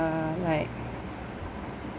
uh like